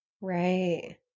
Right